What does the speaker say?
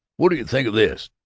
what do you think of this!